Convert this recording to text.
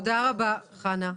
תודה רבה חנה.